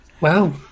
Wow